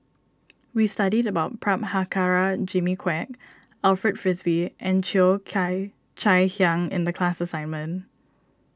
we studied about Prabhakara Jimmy Quek Alfred Frisby and Cheo Kai Chai Hiang in the class assignment